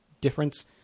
difference